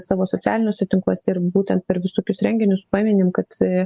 savo socialiniuose tinkluose ir būtent per visokius renginius paminime kad